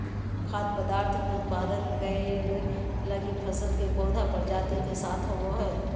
खाद्य पदार्थ के उत्पादन करैय लगी फसल के पौधा प्रजाति के साथ होबो हइ